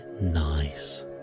nice